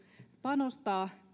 panostaa